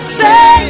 say